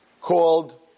called